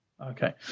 okay